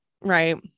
Right